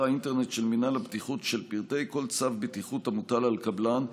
האינטרנט של מינהל הבטיחות של פרטי כל צו בטיחות המוטל על קבלן,